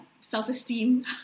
self-esteem